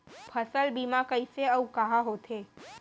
फसल बीमा कइसे अऊ कहाँ होथे?